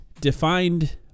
defined